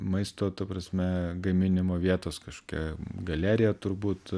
maisto ta prasme gaminimo vietos kažkokia galerija turbūt